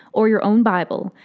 or your own bible,